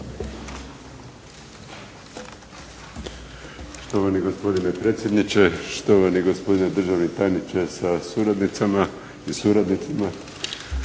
Štovani gospodine predsjedniče, štovani gospodine državni tajniče sa suradnicima, kolegice